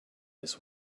this